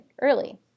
early